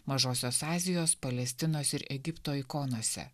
mažosios azijos palestinos ir egipto ikonose